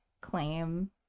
claim